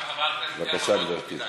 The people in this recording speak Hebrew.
גם חברת הכנסת גרמן מאוד הקפידה היום בצהריים.